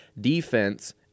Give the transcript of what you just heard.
defense